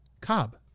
Cobb